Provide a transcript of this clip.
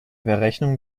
berechnung